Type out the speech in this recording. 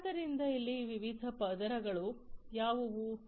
ಆದ್ದರಿಂದ ಇಲ್ಲಿ ವಿವಿಧ ಪದರಗಳು ಯಾವುವು